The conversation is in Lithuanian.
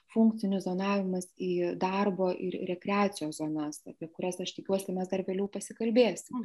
funkcinis zonavimas į darbo ir rekreacijos zonas apie kurias aš tikiuosi mes dar vėliau pasikalbėsim